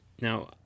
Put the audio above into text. now